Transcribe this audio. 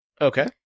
Okay